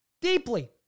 deeply